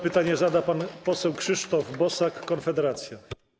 Pytanie zada pan poseł Krzysztof Bosak, Konfederacja.